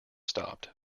stopped